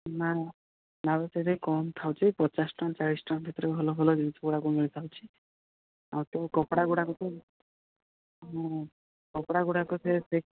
ନା ସେଇଟା କମ୍ ଥାଉଛି ପଚାଶ ଟଙ୍କା ଚାଳିଶ ଟଙ୍କା ଭିତରେ ଭଲ ଭଲ ଜିନିଷ ଗୁଡ଼ାକ ମିଳିଥାଉଛି ଆଉ ତ କପଡ଼ା ଗୁଡ଼ାକ ତ କପଡ଼ା ଗୁଡ଼ାକ ଯେ ସେ